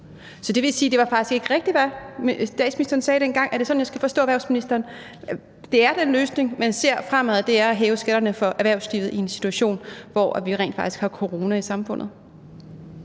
at det faktisk ikke er rigtigt, hvad statsministeren sagde dengang. Er det sådan, jeg skal forstå erhvervsministeren, altså at den løsning, man ser fremadrettet, er at hæve skatterne for erhvervslivet i en situation, hvor vi rent faktisk har corona i samfundet?